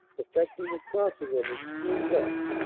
effecting a crossing on the extreme left,